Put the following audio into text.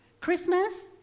Christmas